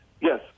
yes